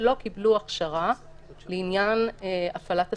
שלא קיבלו הכשרה לעניין הפעלת הסמכויות.